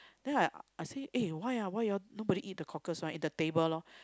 then I I say eh why ah why you all nobody eat the cockles the table lor